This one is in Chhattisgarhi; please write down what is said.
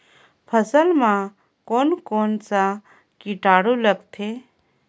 फसल मा कोन कोन सा कीटाणु लगथे?